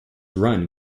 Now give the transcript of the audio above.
run